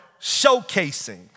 showcasing